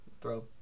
throw